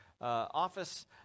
office